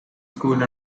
school